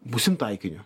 būsim taikiniu